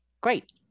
Great